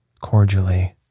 cordially